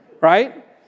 right